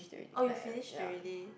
oh you finished already